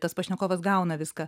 tas pašnekovas gauna viską